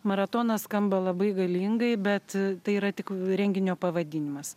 maratonas skamba labai galingai bet tai yra tik renginio pavadinimas